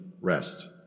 rest